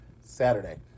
Saturday